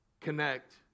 connect